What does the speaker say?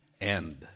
end